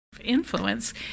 influence